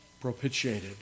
propitiated